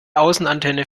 außenantenne